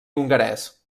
hongarès